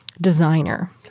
designer